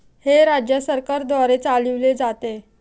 हे राज्य सरकारद्वारे चालविले जाते